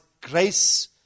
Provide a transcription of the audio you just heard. grace